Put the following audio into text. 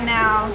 now